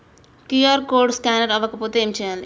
QR code scanner అవ్వకపోతే ఏం చేయాలి?